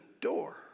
door